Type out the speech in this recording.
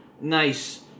Nice